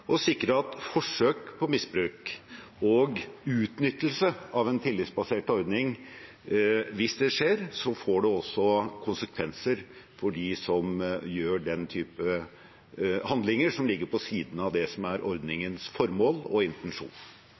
og sikre at hvis det skjer forsøk på misbruk og utnyttelse av en tillitsbasert ordning, får det også konsekvenser for dem som gjør den type handlinger, som ligger på siden av det som er ordningens formål og intensjon?